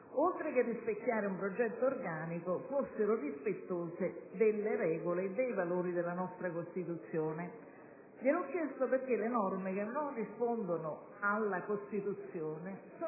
oltre che rispecchiare un progetto organico, fossero rispettose delle regole e dei valori della nostra Costituzione. Gliel'ho chiesto perché le norme che non rispondono alla Costituzione sono